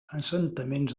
assentaments